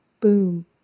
Boom